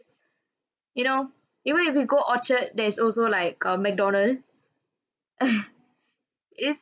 you know even if go orchard there's also like um mcdonald it's